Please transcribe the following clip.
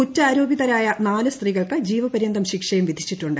കുറ്റാരോപിതരായ നാല് സ്ത്രീകൾക്ക് ജീവപരൃന്തം ശിക്ഷയും വിധിച്ചിട്ടുണ്ട്